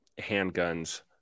handguns